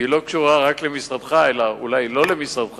שהיא לא קשורה רק למשרדך, אלא אולי לא למשרדך,